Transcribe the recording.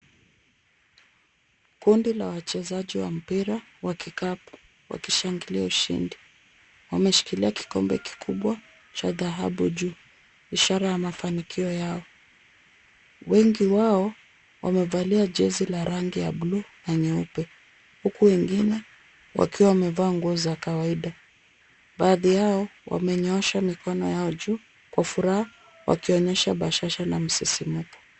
Kundi la wachezaji wa mpira wa kikapu wakishangilia ushindi. Wameshikilia kikombe kikubwa cha dhahabu juu ishara ya mafanikio yao. Wengi wao wamevalia jezi la rangi ya blue na nyeupe huku wengine wakiwa wamevaa nguo za kawaida. Baadhi yao wamenyoosha mikono yao juu kwa furaha wakionyesha bashasha na msisimko.